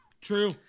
True